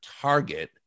target